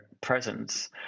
presence